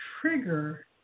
trigger